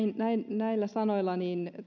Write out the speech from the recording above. näillä sanoilla